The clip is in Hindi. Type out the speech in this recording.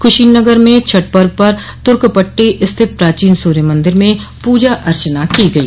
कुशीनगर में छठ पर्व पर तुर्कपट्टी स्थित प्राचीन सूर्य मंदिर में पूजा अर्चना की गई